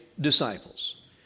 disciples